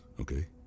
okay